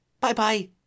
Bye-bye